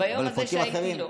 אבל על פרקים אחרים.